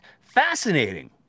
fascinating